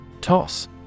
Toss